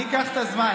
אני אקח את הזמן,